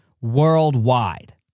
worldwide